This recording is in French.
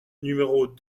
numéros